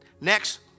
next